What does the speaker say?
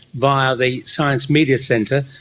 via the science media centre,